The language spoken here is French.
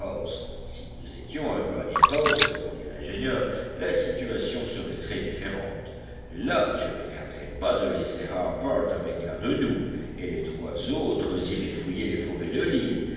si nous étions à granite house répondit l'ingénieur la situation serait très différente là je ne craindrais pas de laisser harbert avec l'un de nous et les trois autres iraient fouiller les forêts de l'île